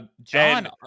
John